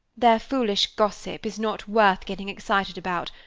their foolish gossip is not worth getting excited about,